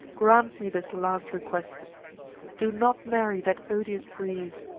grant me this last request do not marry that odious breeze!